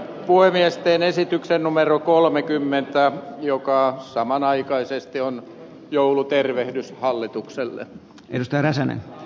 puhemiesten esityksen numero kolmekymmentä joukkoon samanaikaisesti on joulutervehdys hallitukselle ylistää räsänen